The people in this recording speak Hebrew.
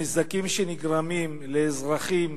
הנזקים שנגרמים לאזרחים